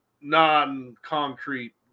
non-concrete